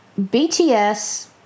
BTS